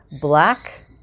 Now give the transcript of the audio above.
black